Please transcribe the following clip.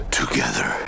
together